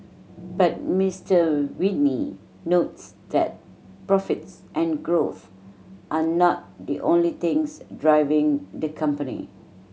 but Mister Whitney notes that profits and growth are not the only things driving the company